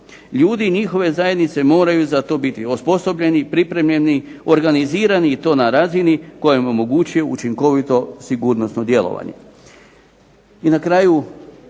Ljudi i njihove zajednice moraju za to biti osposobljeni, pripremljeni, organizirani i to na razini koja im omogućuje učinkovito sigurnosno djelovanje.